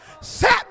Set